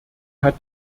hat